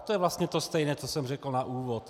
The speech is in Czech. To je vlastně to stejné, co jsem řekl na úvod.